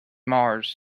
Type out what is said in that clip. mars